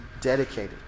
dedicated